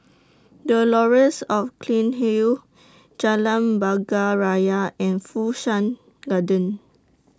The Laurels Or Cairnhill Jalan Bunga Raya and Fu Shan Garden